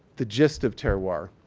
the gist of terroir,